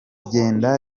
genda